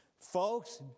folks